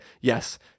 yes